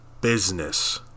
business